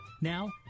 Now